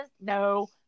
No